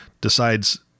decides